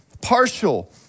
partial